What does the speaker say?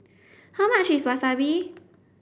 how much is Wasabi